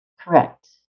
Correct